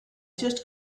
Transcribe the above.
just